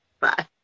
Bye